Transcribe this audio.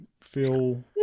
feel